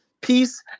peace